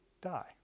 die